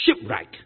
shipwreck